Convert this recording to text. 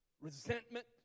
resentment